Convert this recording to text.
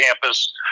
campus